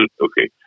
okay